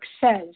says